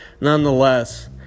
nonetheless